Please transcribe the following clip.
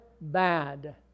bad